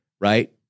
right